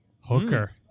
Hooker